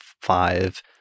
five